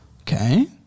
Okay